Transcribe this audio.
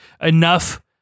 enough